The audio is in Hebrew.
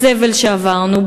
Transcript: בסבל שעברנו,